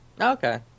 Okay